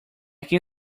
can